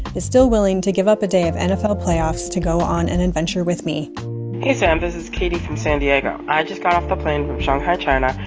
is still willing to give up a day of nfl playoffs to go on an adventure with me hey, sam. this is katie from san diego. i just got off the plane from shanghai, china.